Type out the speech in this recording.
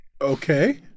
Okay